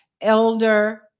Elder